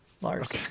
lars